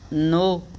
ਨੌਂ